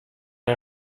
les